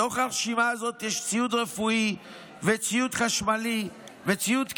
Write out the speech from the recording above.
בתוך הרשימה הזאת יש ציוד רפואי וציוד חשמלי וציוד קירור.